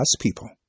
people